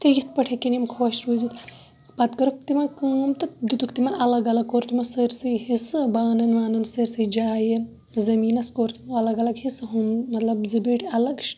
تہٕ یِتھ پٲٹھۍ ہیٚکن یِم خۄش روٗزِتھ پَتہٕ کٔرٕکھ تمو کٲم تہٕ دیُتُکھ تِمَن اَلَگ اَلَگ کوٚر تمو سٲرسے حِصہٕ بانَن وانَن سٲرسی جایہِ زمیٖنَس کوٚر تِمو اَلَگ اَلَگ حِصہٕ ہُم مَطلَب زٕ بیٖٹھۍ اَلَگ